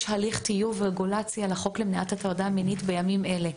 יש הליך טיוב רגולציה לחוק למניעת הטרדה מינית בימים אלה,